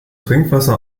trinkwasser